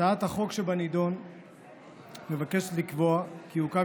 הצעת החוק שבנדון מבקשת לקבוע כי יוקם